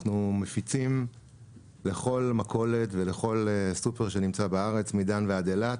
אנחנו מפיצים לכל מכולת ולכל סופר שנמצא בארץ מדן ועד אילת.